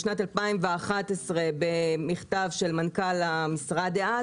בשנת 2011 במכתב של מנכ"ל המשרד דאז,